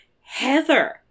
Heather